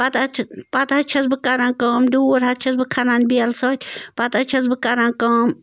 پتہٕ حظ چھِ پتہٕ حظ چھَس بہٕ کَرن کٲم ڈوٗر حظ بہٕ کھنان بیلہٕ سۭتۍ پتہٕ حظ چھَس بہٕ کَران کٲم